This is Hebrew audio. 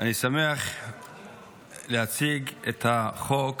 אני שמח להציג את הצעת החוק